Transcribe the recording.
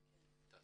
בלמ"ס.